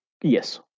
Yes